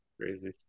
Crazy